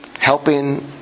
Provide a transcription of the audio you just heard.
helping